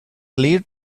clear